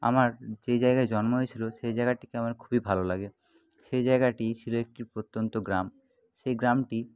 আমার যে জায়গায় জন্ম হয়েছিলো সেই জায়গাটিকে আমার খুবই ভালো লাগে সেই জায়গাটি ছিলো একটি প্রত্যন্ত গ্রাম সেই গ্রামটি